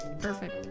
Perfect